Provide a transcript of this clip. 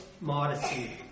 modesty